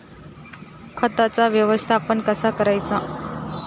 खताचा व्यवस्थापन कसा करायचा?